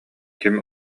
ким